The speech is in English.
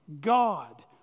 God